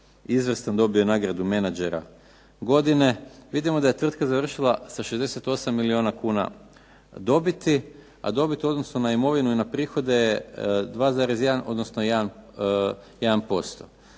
izvrstan. Dobio je nagradu menadžera godine vidimo da je tvrtka završila sa 68 milijuna kuna dobiti, a dobit u odnosu na imovinu i na prihode je 2,1 odnosno 1%.